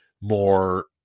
more –